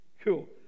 Cool